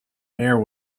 air